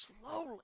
slowly